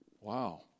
wow